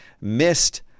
missed